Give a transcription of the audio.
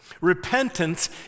Repentance